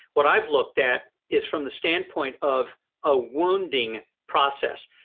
what i've looked at, is from the standpoint of a wounding process.